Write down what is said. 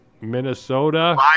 Minnesota